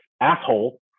asshole